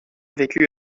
vécu